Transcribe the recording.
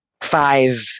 five